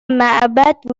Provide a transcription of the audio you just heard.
معبد